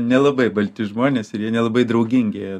nelabai balti žmonės ir jie nelabai draugingi